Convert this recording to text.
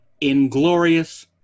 Inglorious